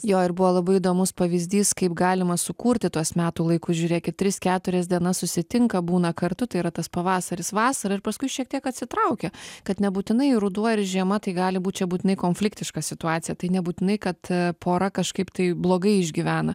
jo ir buvo labai įdomus pavyzdys kaip galima sukurti tuos metų laikus žiūrėkit tris keturias dienas susitinka būna kartu tai yra tas pavasaris vasara ir paskui šiek tiek atsitraukia kad nebūtinai ruduo ir žiema tai gali būt čia būtinai konfliktiška situacija tai nebūtinai kad pora kažkaip tai blogai išgyvena